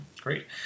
great